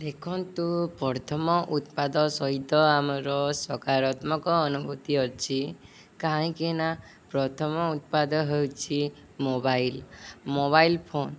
ଦେଖନ୍ତୁ ପ୍ରଥମ ଉତ୍ପାଦ ସହିତ ଆମର ସକାରାତ୍ମକ ଅନୁଭୂତି ଅଛି କାହିଁକିନା ପ୍ରଥମ ଉତ୍ପାଦ ହେଉଛିି ମୋବାଇଲ ମୋବାଇଲ ଫୋନ